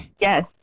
Yes